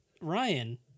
Ryan